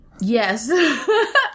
Yes